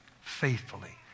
faithfully